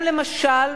הם, למשל,